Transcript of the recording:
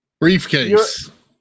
briefcase